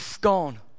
gone